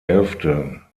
elfte